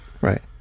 right